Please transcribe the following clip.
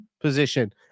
position